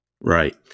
Right